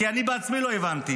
כי אני בעצמי לא הבנתי.